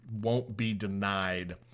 won't-be-denied